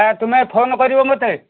ତୁମେ ଫୋନ୍ କରିବ ମୋତେ